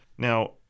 Now